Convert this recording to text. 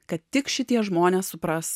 kad tik šitie žmonės supras